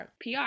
PR